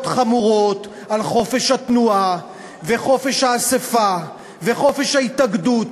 חמורות על חופש התנועה וחופש האספה וחופש ההתאגדות.